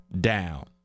down